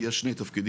יש שני תפקידים.